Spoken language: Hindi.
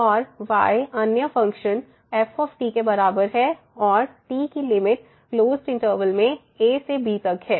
और y अन्य फ़ंक्शन f के बराबर है और t की लिमिट क्लोसड इंटरवल में a से b तक है